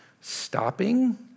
stopping